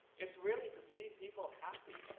it's really to see people happy.